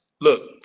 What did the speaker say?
look